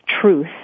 truth